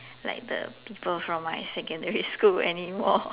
like the people from my secondary school anymore